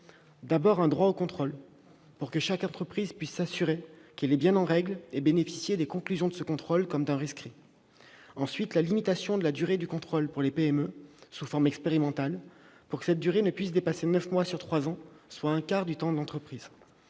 il crée un « droit au contrôle », pour que chaque entreprise puisse s'assurer qu'elle est bien en règle et bénéficier des conclusions de ce contrôle comme d'un rescrit. Deuxièmement, il instaure une limitation de la durée de contrôle pour les PME, sous forme expérimentale, pour que cette durée ne puisse dépasser neuf mois sur trois ans, soit un quart du temps de l'entreprise.